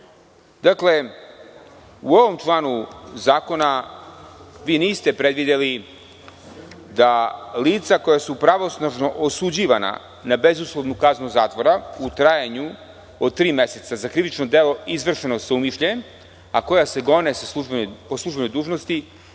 ovom članu zakona niste predvideli da lica koja su pravosnažno osuđivana na bezuslovnu kaznu zatvora u trajanju od tri meseca, za krivično delo izvršeno sa umišljajem, a koja se gone po službenoj dužnosti,